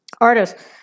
artists